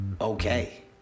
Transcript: Okay